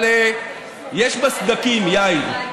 אבל יש בה סדקים, יאיר.